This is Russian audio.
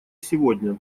сегодня